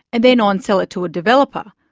and then onsell it to a developer,